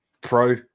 pro